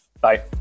Bye